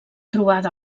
trobada